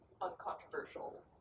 uncontroversial